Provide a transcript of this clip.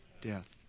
death